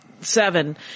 seven